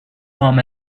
from